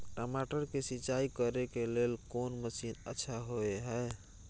टमाटर के सिंचाई करे के लेल कोन मसीन अच्छा होय है